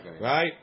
right